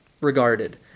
regarded